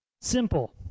Simple